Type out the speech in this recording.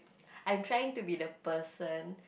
I'm trying to be the person